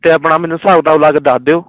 ਅਤੇ ਆਪਣਾ ਮੈਨੂੰ ਹਿਸਾਬ ਕਿਤਾਬ ਲਾ ਕੇ ਦੱਸ ਦਿਓ